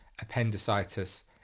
appendicitis